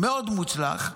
מאוד מוצלח.